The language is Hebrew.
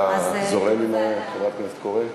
אתה זורם עם חברת הכנסת קורן?